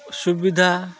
ସୁବିଧା